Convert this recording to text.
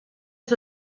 ist